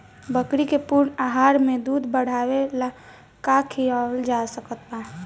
बकरी के पूर्ण आहार में दूध बढ़ावेला का खिआवल जा सकत बा?